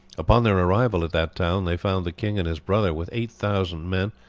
upon their arrival at that town they found the king and his brother with eight thousand men,